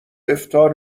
افطار